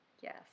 Yes